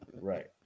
Right